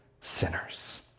sinners